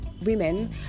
women